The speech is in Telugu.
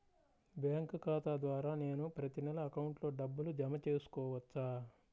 బ్యాంకు ఖాతా ద్వారా నేను ప్రతి నెల అకౌంట్లో డబ్బులు జమ చేసుకోవచ్చా?